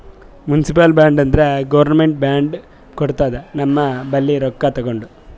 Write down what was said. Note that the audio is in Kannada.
ಮುನ್ಸಿಪಲ್ ಬಾಂಡ್ ಅಂದುರ್ ಗೌರ್ಮೆಂಟ್ ಬಾಂಡ್ ಕೊಡ್ತುದ ನಮ್ ಬಲ್ಲಿ ರೊಕ್ಕಾ ತಗೊಂಡು